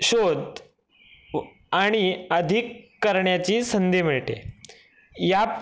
शोध हो आणि अधिक करण्याची संधी मिळते या